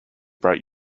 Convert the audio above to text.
brought